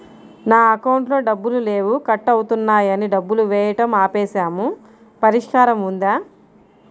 నా అకౌంట్లో డబ్బులు లేవు కట్ అవుతున్నాయని డబ్బులు వేయటం ఆపేసాము పరిష్కారం ఉందా?